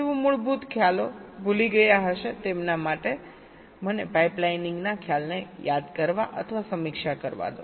બીજા ખ્યાલમાં પાઇપલાઇનિંગ નો સમાવેશ થાય છેજેઓ મૂળભૂત ખ્યાલો ભૂલી ગયા હશે તેમના માટે મને પાઇપલાઇનિંગના ખ્યાલને યાદ કરવા અથવા સમીક્ષા કરવા દો